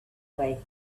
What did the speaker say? way